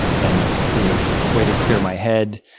and it was way to clear my head.